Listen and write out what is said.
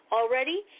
already